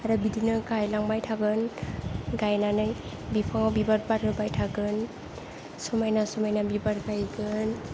आरो बिदिनो गायलांबाय थागोन गायनानै बिफाङाव बिबार बारहोबाय थागोन समायना समायना बिबार गायगोन